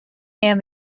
and